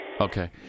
Okay